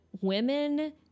women